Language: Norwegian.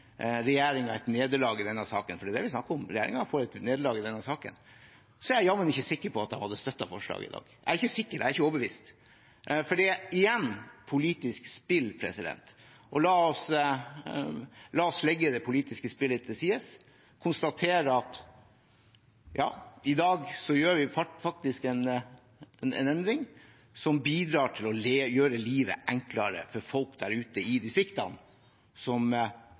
et nederlag i denne saken – for det er det det er snakk om, regjeringen får et nederlag i denne saken – er jeg jammen ikke sikker på at de hadde støttet forslaget i dag. Jeg er ikke sikker. Jeg er ikke overbevist. For det er – igjen – et politisk spill. Men la oss legge det politiske spillet til side og konstatere at i dag gjør vi faktisk en endring som bidrar til å gjøre livet enklere for folk der ute i distriktene som